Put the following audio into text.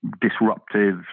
disruptive